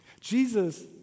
Jesus